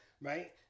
right